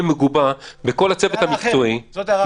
מגובה בכל הצוות המקצועי --- זו הערה אחרת.